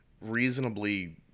reasonably